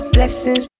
Blessings